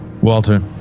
Walter